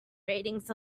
ratings